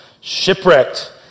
Shipwrecked